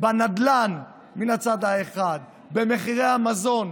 בנדל"ן מן הצד האחד ובמחירי המזון,